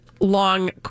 long